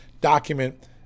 document